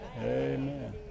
amen